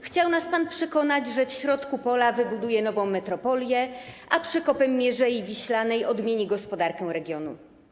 Chciał nas pan przekonać, że w środku pola wybuduje nową metropolię, a przekopem Mierzei Wiślanej odmieni gospodarkę regionu.